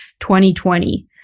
2020